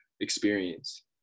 experience